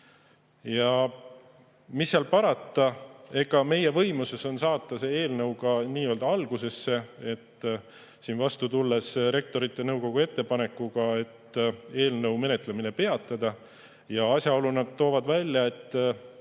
Ja mis seal parata, meie võimuses on saata see eelnõu ka nii-öelda algusesse, et vastu tulla Rektorite Nõukogu ettepanekule eelnõu menetlemine peatada. Nad toovad välja ka